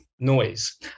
noise